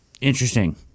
Interesting